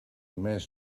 mes